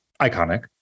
iconic